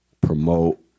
promote